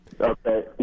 Okay